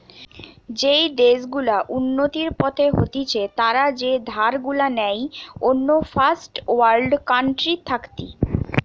যেই দেশ গুলা উন্নতির পথে হতিছে তারা যে ধার গুলা নেই অন্য ফার্স্ট ওয়ার্ল্ড কান্ট্রি থাকতি